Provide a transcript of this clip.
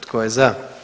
Tko je za?